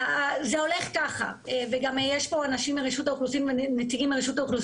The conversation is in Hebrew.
--- יש פה נציגים של רשות האוכלוסין